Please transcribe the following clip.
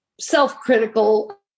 self-critical